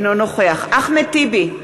אינו נוכח אחמד טיבי,